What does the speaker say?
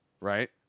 right